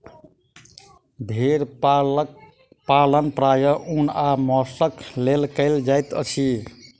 भेड़ पालन प्रायः ऊन आ मौंसक लेल कयल जाइत अछि